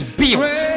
built